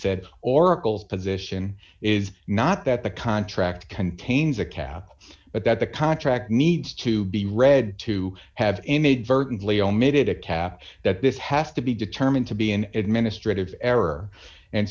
said oracle's position is not that the contract contains a cow but that the contract needs to be read to have a made virtually omitted a cap that this has to be determined to be an administrative error and